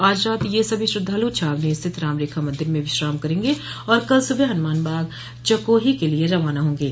आज रात यह सभी श्रद्धालु छावनी स्थित राम रेखा मंदिर में विश्राम करेंगे और कल सुबह हनुमान बाग चकोही के लिये रवाना होंगे